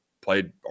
played